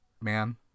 man